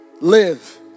live